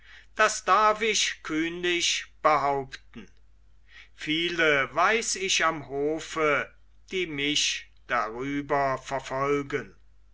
das darf ich kühnlich behaupten viele weiß ich am hofe die mich darüber verfolgen